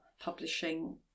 publishing